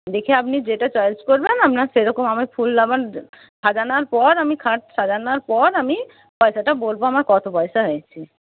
দেখি আপনি যেটা চয়েজ করবেন আপনার সেরকম আমার ফুল আমার সাজানোর পর আমি খাট সাজানোর পর আমি পয়সাটা বলব আমার কত পয়সা হয়েছে